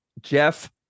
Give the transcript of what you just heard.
jeff